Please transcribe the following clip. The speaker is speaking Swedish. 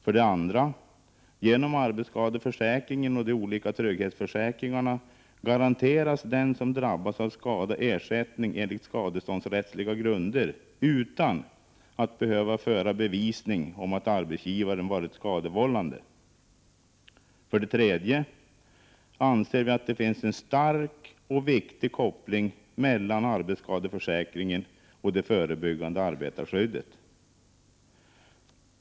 För det andra: Genom arbetsskadeförsäkringen och de olika trygghetsförsäkringarna garanteras den som drabbas av skada ersättning enligt skadeståndsrättsliga grunder utan att behöva föra bevisning om att arbetsgivaren varit skadevållande. För det tredje: Vi anser att det finns en stark och viktig koppling mellan arbetsskadeförsäkringen och det förebyggande arbetarskyddet.